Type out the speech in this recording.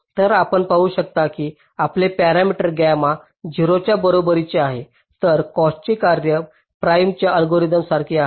तर आपण पाहू शकता की आपले पॅरामीटर गॅमा 0 च्या बरोबरीचे आहे तर कॉस्टचे कार्य प्रीमच्या अल्गोरिदमसारखेच आहे